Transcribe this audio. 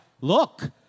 Look